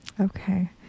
okay